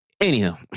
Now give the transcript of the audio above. anyhow